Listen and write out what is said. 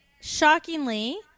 shockingly